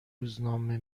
روزنامه